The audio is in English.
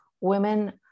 women